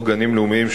הצעת חוק גנים לאומיים,